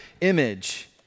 image